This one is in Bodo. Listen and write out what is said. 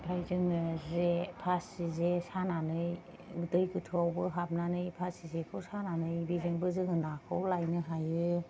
ओमफ्राय जोङो जे फासि जे सानानै दै गोथौयावबो हाबनानै फासि जेखौ सानानै बेजोंबो जोङो नाखौ लायनो हायो